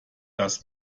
das